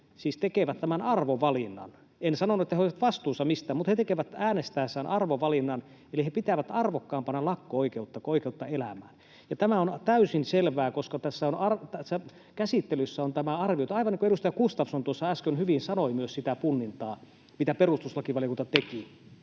siis tekevät tämän arvovalinnan. En sanonut, että he olisivat vastuussa mistään, mutta he tekevät äänestäessään arvovalinnan, eli he pitävät arvokkaampana lakko-oikeutta kuin oikeutta elämään. Ja tämä on täysin selvää, koska käsittelyssä on tämä arvio, aivan niin kuin myös edustaja Gustafsson tuossa äsken hyvin sanoi siitä punninnasta, mitä perustuslakivaliokunta teki.